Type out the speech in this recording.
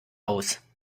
aus